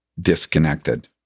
disconnected